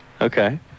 Okay